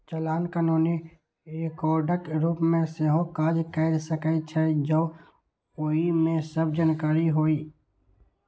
चालान कानूनी रिकॉर्डक रूप मे सेहो काज कैर सकै छै, जौं ओइ मे सब जानकारी होय